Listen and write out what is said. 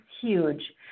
huge